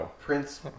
Prince